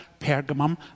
Pergamum